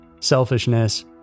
selfishness